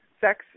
sex